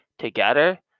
together